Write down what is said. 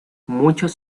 muchos